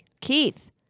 Keith